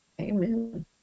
Amen